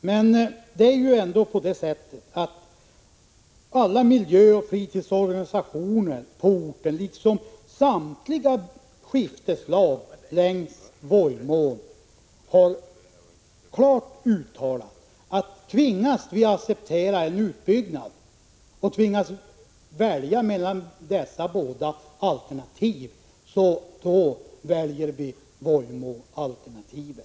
Men alla miljöoch fritidsorganisationer på orten, liksom samtliga skifteslag längs Vojmån har klart uttalat att om man tvingas acceptera en utbyggnad och måste välja mellan dessa båda alternativ, så väljer man Vojmåalternativet.